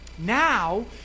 Now